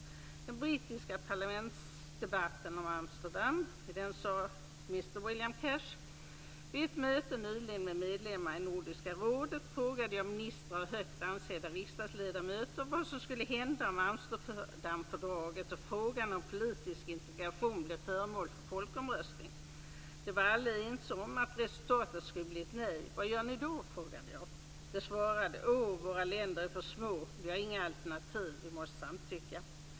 I den brittiska parlamentsdebatten om Amsterdamavtalet sade Mr William Cash: Vid ett möte nyligen med medlemmar i Nordiska rådet frågade jag ministrar och högt ansedda riksdagsledamöter vad som skulle hända om Amsterdamfördraget och frågan om politisk integration blev föremål för folkomröstning. De var alla ense om att resultatet skulle bli ett nej. Vad gör ni då, frågade jag. De svarade: Åh, våra länder är för små. Vi har inga alternativ. Vi måste samtycka.